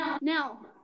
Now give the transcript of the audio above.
Now